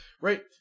right